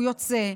הוא יוצא,